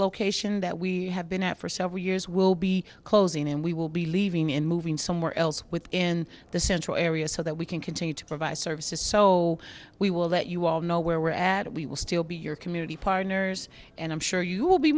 location that we have been at for several years will be closing and we will be leaving in moving somewhere else within the central area so that we can continue to provide services so we will let you all know where we're at we will still be your community partners and i'm sure you will be